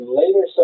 later